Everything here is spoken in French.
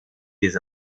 des